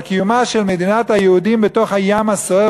אבל קיומה של מדינת היהודים בתוך הים הסוער